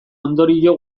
ondorio